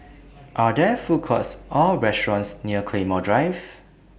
Are There Food Courts Or restaurants near Claymore Drive